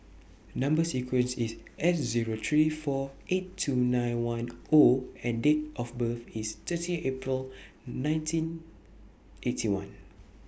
Number sequence IS S Zero three four eight two nine one O and Date of birth IS thirty April nineteen Eighty One